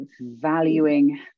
valuing